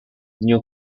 new